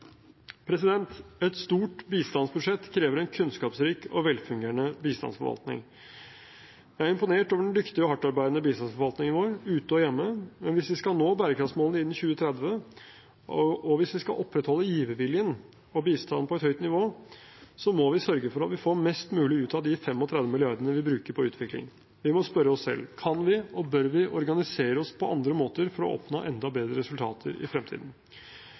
Et stort bistandsbudsjett krever en kunnskapsrik og velfungerende bistandsforvaltning. Jeg er imponert over den dyktige og hardtarbeidende bistandsforvaltningen vår, ute og hjemme. Men hvis vi skal nå bærekraftsmålene innen 2030, og hvis vi skal opprettholde giverviljen og bistanden på et høyt nivå, må vi sørge for at vi får mest mulig ut av de 35 milliardene vi bruker på utvikling. Vi må spørre oss selv: Kan vi – og bør vi – organisere oss på andre måter for å oppnå enda bedre resultater i fremtiden?